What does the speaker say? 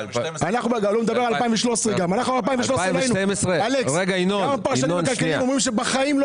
גם הפרשנים הכלכליים אומרים שבחיים לא